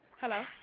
Hello